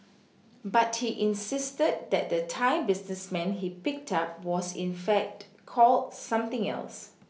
but he insisted that the Thai businessman he picked up was in fact called something else